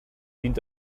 dient